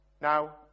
Now